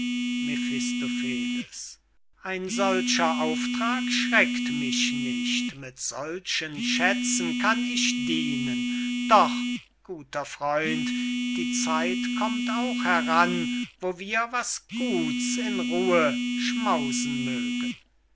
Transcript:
ein solcher auftrag schreckt mich nicht mit solchen schätzen kann ich dienen doch guter freund die zeit kommt auch heran wo wir was gut's in ruhe schmausen mögen